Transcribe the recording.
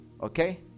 Okay